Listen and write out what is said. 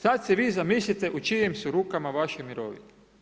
Sada se vi zamislite u čijem su rukama vaše mirovine.